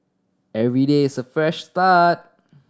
every day is a fresh start